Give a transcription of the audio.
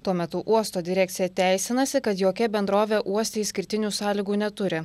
tuo metu uosto direkcija teisinasi kad jokia bendrovė uoste išskirtinių sąlygų neturi